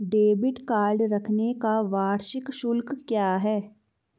Debit card रखने का वार्षिक शुल्क क्या है?